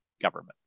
government